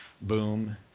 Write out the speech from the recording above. Boom